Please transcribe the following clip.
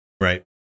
right